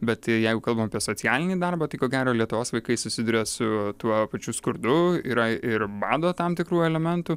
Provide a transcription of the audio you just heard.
bet jeigu kalbam apie socialinį darbą tai ko gero lietuvos vaikai susiduria su tuo pačiu skurdu yra ir bado tam tikrų elementų